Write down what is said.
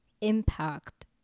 impact